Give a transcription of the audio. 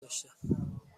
داشتم